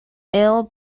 ill